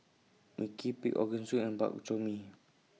Mui Kee Pig'S Organ Soup and Bak Chor Mee